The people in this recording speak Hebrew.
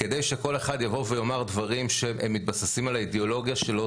כדי שכל אחד יבוא ויאמר דברים שהם מתבססים על האידיאולוגיה שלו,